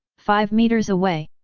five meters away.